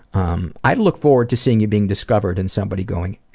um, i'd look forward to seeing you being discovered and somebody going,